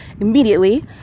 immediately